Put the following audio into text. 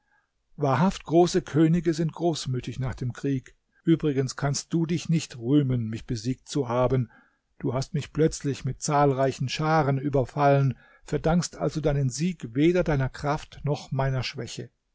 wahrhaft große könige sind großmütig nach dem krieg übrigens kannst du dich nicht rühmen mich besiegt zu haben du hast mich plötzlich mit zahlreichen scharen überfallen verdankst also deinen sieg weder deiner kraft noch meiner schwäche